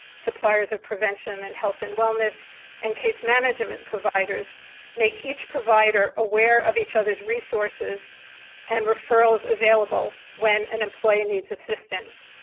suppliers ah intervention, and health and wellness and case management providers make each provider aware of each other's resources and referrals available when an employee needs assistance.